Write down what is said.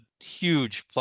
huge